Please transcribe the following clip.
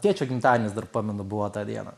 tėčio gimtadienis dar pamenu buvo tą dieną